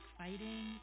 fighting